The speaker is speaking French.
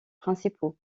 principaux